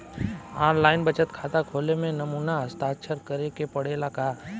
आन line बचत खाता खोले में नमूना हस्ताक्षर करेके पड़ेला का?